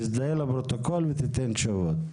תזדהה לפרוטוקול ותיתן תשובות.